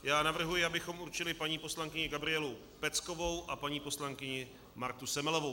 Já navrhuji, abychom určili paní poslankyni Gabrielu Peckovou a paní poslankyni Martu Semelovou.